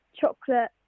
chocolate